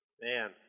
Man